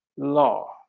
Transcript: law